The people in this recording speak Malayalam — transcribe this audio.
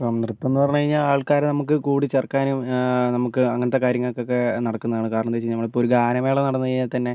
ഇപ്പം നൃത്തം എന്ന് പറഞ്ഞു കഴിഞ്ഞാൽ ആൾക്കാരെ നമുക്ക് കൂടിച്ചേർക്കാനും നമുക്ക് അങ്ങനത്തെ കാര്യങ്ങക്കൊക്കെ നടക്കുന്നതാണ് കാരണം എന്താ വെച്ചുകഴിഞ്ഞാൽ ഇപ്പോൾ ഒരു ഗാനമേള നടന്നു കഴിഞ്ഞാൽ തന്നെ